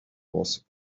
was